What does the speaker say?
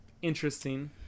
interesting